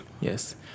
Yes